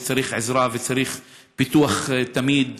שצריך עזרה וצריך פיתוח תמיד,